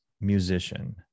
musician